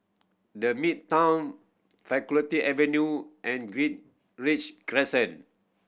The Midtown Faculty Avenue and Greenridge Crescent